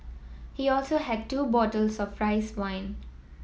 he also had two bottles of rice wine